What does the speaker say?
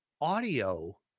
audio